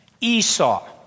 Esau